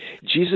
Jesus